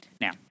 Now